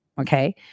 okay